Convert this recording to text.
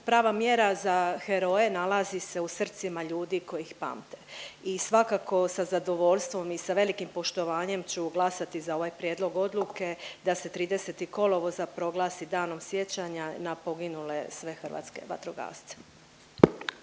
Prava mjera za heroje nalazi se u srcu ljudi koji ih pamte i svakako sa zadovoljstvom i sa velikim poštovanjem ću glasati za ovaj prijedlog odluke da se 30. kolovoza proglasi danom sjećanja na poginule sve hrvatske vatrogasce.